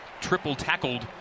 Triple-tackled